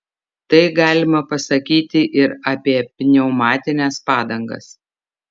tai galima pasakyti ir apie pneumatines padangas